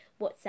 WhatsApp